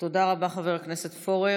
תודה רבה, חבר הכנסת פורר.